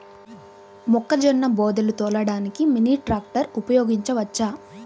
మొక్కజొన్న బోదెలు తోలడానికి మినీ ట్రాక్టర్ ఉపయోగించవచ్చా?